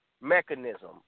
mechanism